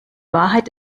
wahrheit